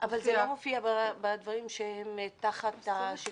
אבל זה לא מופיע בדברים שהם אחד השיקולים,